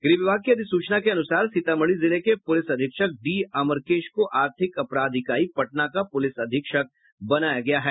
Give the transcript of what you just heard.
गृह विभाग की अधिसूचना के अनुसार सीतामढ़ी जिले के पुलिस अधीक्षक डी अमरकेश को आर्थिक अपराध इकाई पटना का पुलिस अधीक्षक बनाया गया है